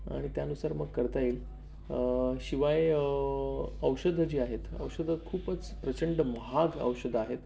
आणि त्यानुसार मग करता येईल शिवाय औषधं जी आहेत औषधं खूपच प्रचंड महाग औषधं आहेत